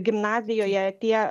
gimnazijoje tie